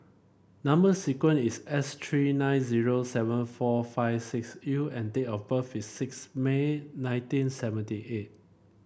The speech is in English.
number sequence is S three nine zero seven four five six U and date of birth is six May nineteen seventy eight